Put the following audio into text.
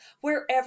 wherever